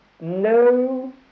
No